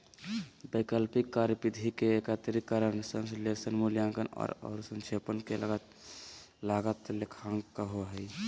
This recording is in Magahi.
वैकल्पिक कार्यविधि के एकत्रीकरण, विश्लेषण, मूल्यांकन औरो संक्षेपण के लागत लेखांकन कहो हइ